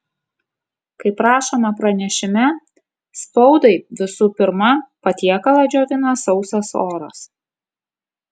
kaip rašoma pranešime spaudai visų pirma patiekalą džiovina sausas oras